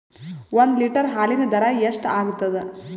ಒಂದ್ ಲೀಟರ್ ಹಾಲಿನ ದರ ಎಷ್ಟ್ ಆಗತದ?